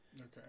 Okay